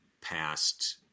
past